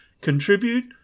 contribute